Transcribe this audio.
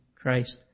Christ